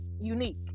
Unique